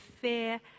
fear